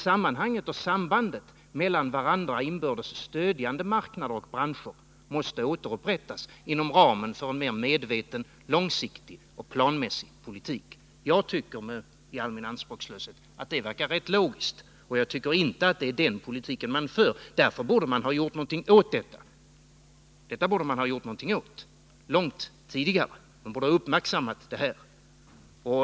Sammanhanget och sambandet mellan varandra inbördes stödjande marknader och branscher måste återupprättas inom ramen för en mer medveten, långsiktig och planmässig politik. Jag tycker i all min anspråkslöshet att det verkar rätt logiskt, och jag tycker inte att det är den politiken man för. Detta borde man ha gjort någonting åt långt tidigare. Man borde ha uppmärksammat det här.